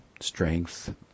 strength